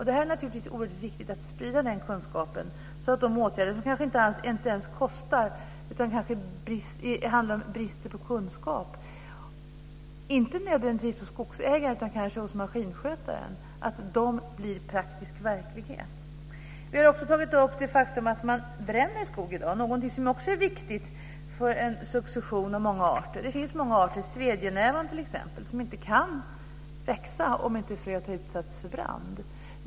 Det är naturligtvis oerhört viktigt att sprida kunskap om åtgärder som kanske inte ens kostar. Det kanske handlar om brister i kunskap, inte nödvändigtvis hos skogsägaren utan kanske hos maskinskötaren. Det gäller då att kunskaperna blir praktisk verklighet. Vi har också tagit upp det faktum att man bränner skog i dag - något som också är viktigt för en succession av många arter. Det finns många arter, svedjenävan t.ex., som inte kan växa om inte fröet har utsatts för brand.